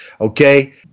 Okay